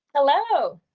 hello.